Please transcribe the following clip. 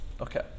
Okay